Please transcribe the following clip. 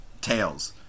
tails